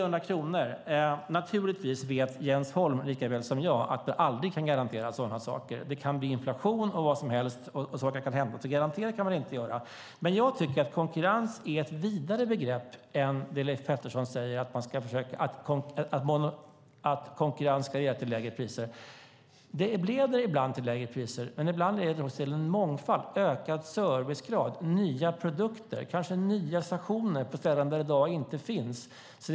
Jens Holm talar om 300 kronor. Han vet lika väl som jag att vi aldrig kan garantera sådana saker. Det kan bli inflation och vad som helst, och saker kan hända. Man kan inte garantera detta. Jag tycker att konkurrens är ett vidare begrepp än vad Leif Pettersson säger, det vill säga att konkurrens ska leda till lägre priser. Det leder ibland till lägre priser, men ibland leder det också till mångfald, ökad servicegrad, nya produkter och kanske nya stationer på ställen där det i dag inte finns några.